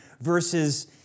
versus